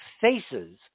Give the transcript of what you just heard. faces